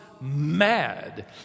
mad